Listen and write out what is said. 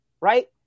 Right